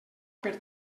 per